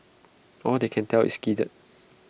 all they can tell is skidded